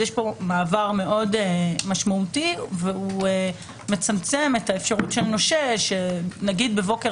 יש פה מעבר מאוד משמעותי והוא מצמצם אפשרות של נושה שנגיד בבוקר